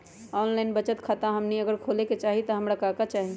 Online बचत खाता हमनी अगर खोले के चाहि त हमरा का का चाहि?